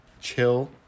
Chill